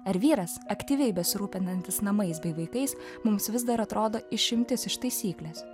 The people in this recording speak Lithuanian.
ar vyras aktyviai besirūpinantis namais bei vaikais mums vis dar atrodo išimtis iš taisyklės